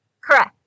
Correct